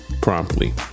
promptly